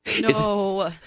No